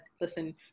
listen